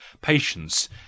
patience